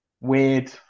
weird